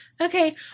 okay